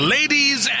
Ladies